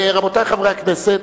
רבותי חברי הכנסת,